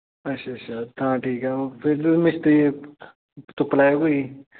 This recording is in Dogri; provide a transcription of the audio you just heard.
अच्छा अच्छा तां ठीक ऐ तुस मिस्त्री तुप्पी लैएओ कोई